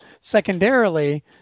Secondarily